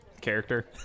character